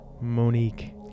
Monique